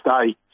stay